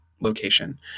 location